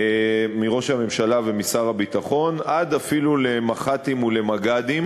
מראש הממשלה ומשר הביטחון עד אפילו למח"טים ולמג"דים,